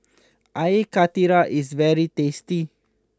Air Karthira is very tasty